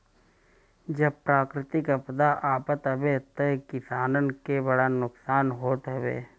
जब प्राकृतिक आपदा आवत हवे तअ किसानन के बड़ा नुकसान होत हवे